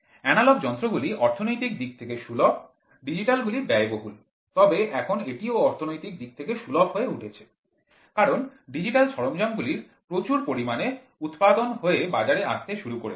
analogue যন্ত্রগুলি অর্থনৈতিক দিক থেকে সুলভ ডিজিটাল গুলি ব্যয়বহুল তবে এখন এটিও অর্থনৈতিক দিক থেকে সুলভ হয়ে উঠেছে কারণ ডিজিটাল সরঞ্জামগুলির প্রচুর পরিমাণে উৎপাদন হয়ে বাজারে আসতে শুরু করেছে